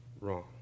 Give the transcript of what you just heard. wrong